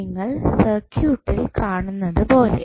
നിങ്ങൾ സർക്യൂട്ടിൽ കാണുന്നതുപോലെ